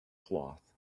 cloth